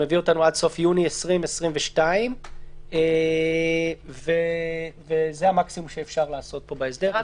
שמביא אותנו עד סוף יוני 2022. זה המקסימום שאפשר לעשות פה בהסדר.